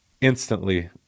instantly